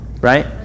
Right